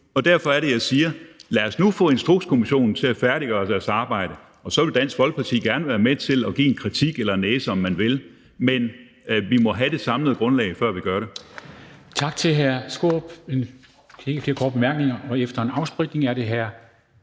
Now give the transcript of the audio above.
er derfor, jeg siger: Lad os nu få Instrukskommissionen til at færdiggøre sit arbejde, og så vil Dansk Folkeparti gerne være med til at give en kritik eller en næse, om man vil. Men vi må have det samlede grundlag, før vi gør det.